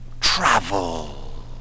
travel